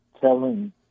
telling